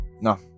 No